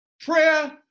Prayer